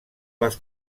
les